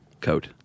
coat